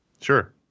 Sure